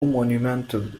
monumental